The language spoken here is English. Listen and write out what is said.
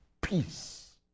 peace